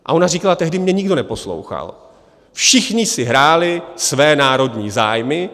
A ona říkala: tehdy mě nikdo neposlouchal, všichni si hráli své národní zájmy.